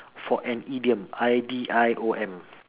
for an idiom I D I O M